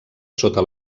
sota